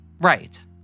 Right